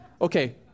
okay